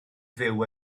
fyw